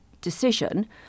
decision